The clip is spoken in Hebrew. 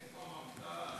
איפה המפד"ל?